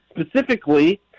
specifically